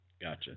Gotcha